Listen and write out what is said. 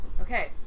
Okay